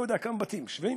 לא יודע כמה בתים, 70?